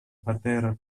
πατέρα